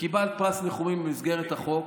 וקיבלת פרס ניחומים במסגרת החוק.